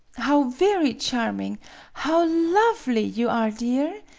how very charming how lovely you are, dear!